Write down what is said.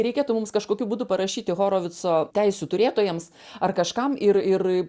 reikėtų mums kažkokiu būdu parašyti horovico teisių turėtojams ar kažkam ir ir